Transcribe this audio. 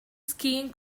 skiing